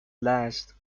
last